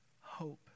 hope